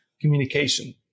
communication